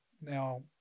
now